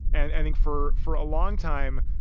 and i think for for a long time,